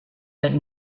but